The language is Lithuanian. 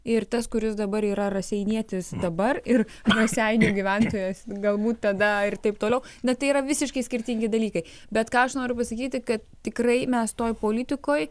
ir tas kuris dabar yra raseinietis dabar ir raseinių gyventojas galbūt tada ir taip toliau bet tai yra visiškai skirtingi dalykai bet ką aš noriu pasakyti kad tikrai mes toj politikoj